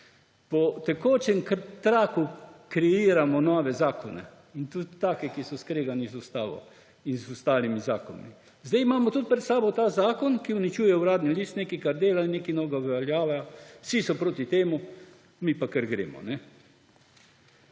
Po tekočem traku kreiramo nove zakone, tudi take, ki so skregani z ustavo in ostalimi zakoni. Zdaj imamo pred sabo ta zakon, ki uničuje Uradni list, nekaj, kar dela, in nekaj novega uveljavlja. Vsi so proti temu, mi pa kar gremo.